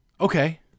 Okay